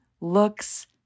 looks